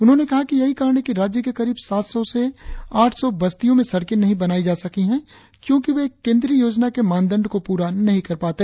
उन्होंने कहा कि यहीं कारण है कि राज्य के करीब सात सौ से आठ सौ बस्तियों में सड़के नहीं बनाई जा सकी है क्योंकि वे केंद्रीय योजना के मापदंड को पूरा नहीं कर पाते